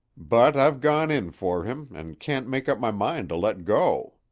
but i've gone in for him, and can't make up my mind to let go.